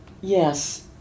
Yes